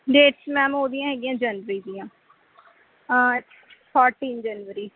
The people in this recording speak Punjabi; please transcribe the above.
ਡੇਟਸ ਮੈਮ ਉਹਦੀਆਂ ਹੈਗੀਆਂ ਜਨਵਰੀ ਦੀਆਂ ਫੋਰਟੀਨ ਜਨਵਰੀ